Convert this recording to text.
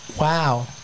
Wow